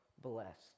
blessed